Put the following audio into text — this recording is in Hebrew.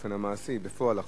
באופן מעשי, בפועל עכשיו.